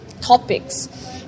topics